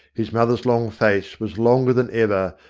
his mother's long face was longer than ever,